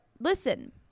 listen